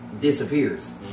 disappears